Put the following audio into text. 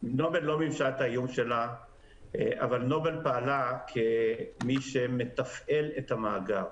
אבל היא פעלה כמי שמתפעל את המאגר.